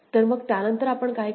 तर मग त्या नंतर आपण काय करू